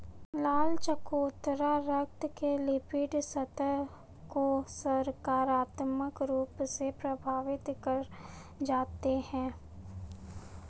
लाल चकोतरा रक्त के लिपिड स्तर को सकारात्मक रूप से प्रभावित कर जाते हैं